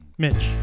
Mitch